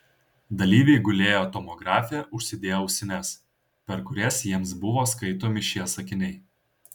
dalyviai gulėjo tomografe užsidėję ausines per kurias jiems buvo skaitomi šie sakiniai